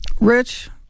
Rich